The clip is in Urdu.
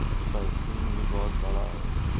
اس کا اسکرین بھی بہت بڑا ہے